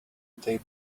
they